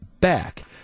back